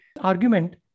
argument